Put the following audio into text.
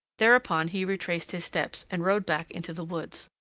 thereupon he retraced his steps, and rode back into the woods.